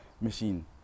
machine